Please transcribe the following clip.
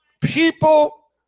people